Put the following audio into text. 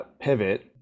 pivot